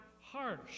harsh